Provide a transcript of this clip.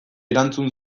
erantzun